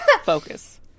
Focus